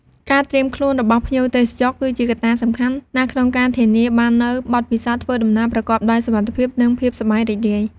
ការត្រៀមខ្លួនរបស់ភ្ញៀវទេសចរ គឺជាកត្តាសំខាន់ណាស់ក្នុងការធានាបាននូវបទពិសោធន៍ធ្វើដំណើរប្រកបដោយសុវត្ថិភាព និងភាពសប្បាយរីករាយ។